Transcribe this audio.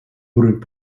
уровень